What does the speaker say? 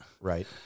right